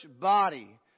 body